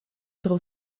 tro